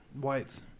Whites